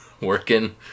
working